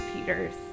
Peters